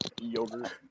yogurt